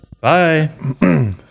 Bye